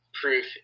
proof